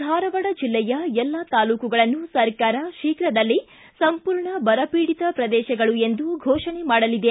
ಧಾರವಾಡ ಜಲ್ಲೆಯ ಎಲ್ಲಾ ತಾಲೂಕುಗಳನ್ನು ಸರ್ಕಾರ ಶೀಘದಲ್ಲಿ ಸಂಪೂರ್ಣ ಬರಪೀಡಿತ ಪ್ರದೇಶಗಳು ಎಂದು ಫೋಷಣೆ ಮಾಡಲಿದೆ